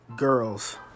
girls